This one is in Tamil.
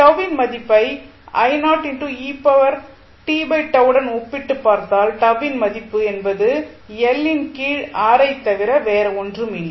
τ வின் மதிப்பை உடன் ஒப்பிட்டுப் பார்த்தால் τ இன் மதிப்பு என்பது எல் ன் கீழ் ஆர் ஐத் தவிர வேறு ஒன்றும் இல்லை